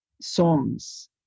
songs